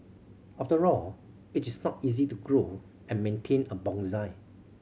after all it is not easy to grow and maintain a bonsai